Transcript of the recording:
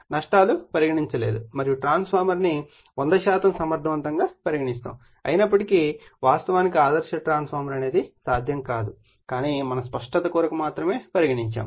నష్టాలు పరిగణించలేదు మరియు ట్రాన్స్ఫార్మర్ను 100 శాతం సమర్థవంతంగా పరిగణిస్తారు అయినప్పటికీ వాస్తవానికి ఆదర్శ ట్రాన్స్ఫార్మర్ సాధ్యం కాదు కానీ మన స్పష్టత కొరకు మాత్రమే పరిగణించాము